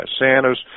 Santas